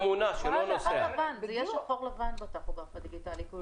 זה יהיה שחור-לבן בטכוגרף הדיגיטלי.